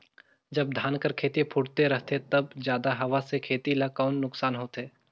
जब धान कर खेती फुटथे रहथे तब जादा हवा से खेती ला कौन नुकसान होथे?